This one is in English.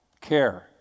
care